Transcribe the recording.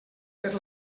per